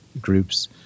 groups